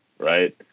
Right